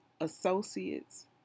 associates